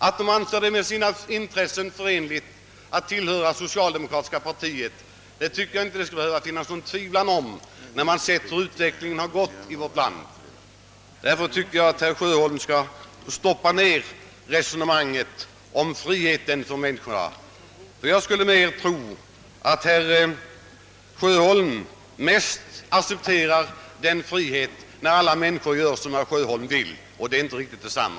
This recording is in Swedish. Att de anser det med sina intressen förenligt att tillhöra det socialdemokratiska partiet borde det inte behöva råda något tvivel om, när man sett hur utvecklingen har gått i vårt land. Därför tycker jag att herr Sjöholm skall stoppa ned resonemanget om frihet för människorna. Jag skulle tro att han helst » accepterar den frihet som innebär att alla människor gör som herr Sjöholm vill. De är inte riktigt detsamma.